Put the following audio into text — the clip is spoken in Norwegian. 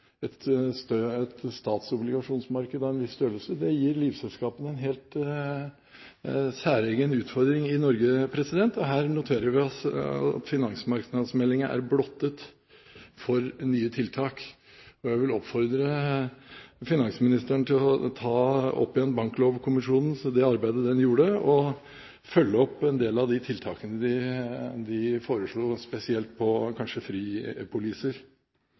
et statsobligasjonsmarked av en viss størrelse, gir livselskapene i Norge en helt særegen utfordring. Her noterer vi oss at finansmarkedsmeldingen er blottet for nye tiltak. Jeg vil oppfordre finansministeren til å ta opp igjen Banklovkommisjonen og det arbeidet den gjorde, og følge opp en del av de tiltakene de foreslo, kanskje spesielt på fripoliser.